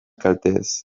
kalteez